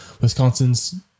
Wisconsin's